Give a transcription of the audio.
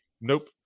nope